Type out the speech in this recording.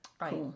right